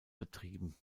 betrieben